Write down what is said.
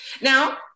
Now